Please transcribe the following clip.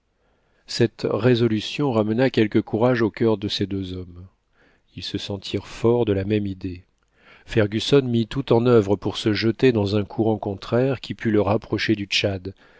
cette résolution ramena quelque courage au cur de ces deux hommes ils se sentirent forts de la même idée fergusson mit tout en uvre pour se jeter dans un courant contraire qui pût le rapprocher du tchad